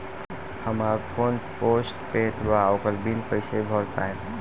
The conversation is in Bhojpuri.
हमार फोन पोस्ट पेंड़ बा ओकर बिल कईसे भर पाएम?